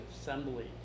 assembly